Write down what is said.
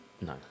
No